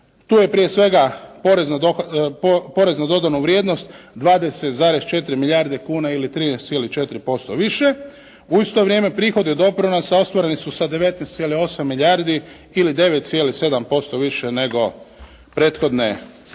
Tu je prije svega porez na dodanu vrijednost 20,4 milijarde kuna ili 13,4% više. U isto vrijeme prihodi od doprinosa ostvareni su sa 19,8 milijardi ili 9,7% više nego prethodne godine.